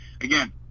Again